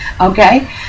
okay